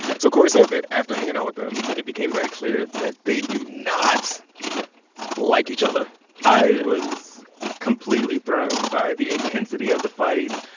so corey said that after hanging out with them, it became very clear that they do not like each other i was completely thrown by the intensity of the fights,